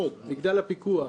מגדל הפיקוח,